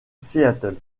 seattle